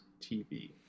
TV